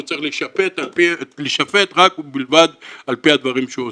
הוא צריך להישפט רק ובלבד על פי הדברים שהוא עושה.